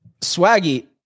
Swaggy